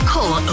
Call